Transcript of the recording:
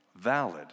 valid